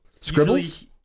Scribbles